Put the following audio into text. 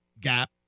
gap